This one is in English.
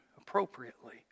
appropriately